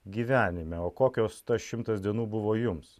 gyvenime o kokios tas šimtas dienų buvo jums